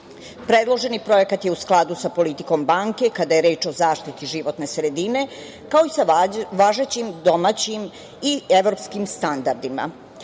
Predloženi projekat je u skladu sa politikom banke kada je reč o zaštiti životne sredine, kao i sa važećim domaćim i evropskim standardima. Ovaj